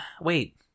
Wait